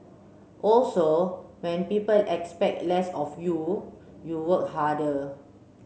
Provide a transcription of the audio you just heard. also when people expect less of you you work harder